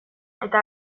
eta